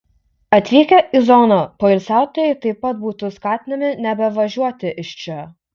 atvykę į zoną poilsiautojai taip pat būtų skatinami nebevažiuoti iš čia